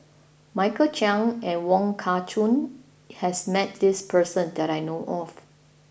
Michael Chiang and Wong Kah Chun has met this person that I know of